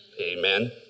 Amen